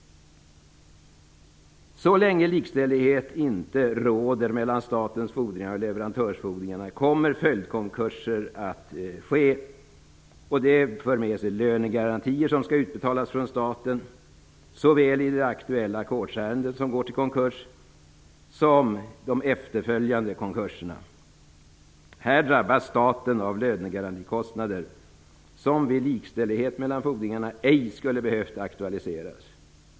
Så länge likställighet inte råder mellan statens fordringar och leverantörsfordringarna kommer följdkonkurser att ske. Det för med sig lönegarantier som skall utbetalas från staten såväl i det aktuella ackordsärendet som går till konkurs som i de efterföljande konkurserna. Staten drabbas av lönegarantikostnader som vid likställighet mellan fordringarna ej skulle behöva aktualiseras.